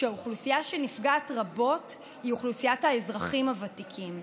והאוכלוסייה שנפגעת רבות היא אוכלוסיית האזרחים הוותיקים.